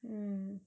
mm